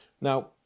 now